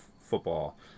football